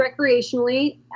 recreationally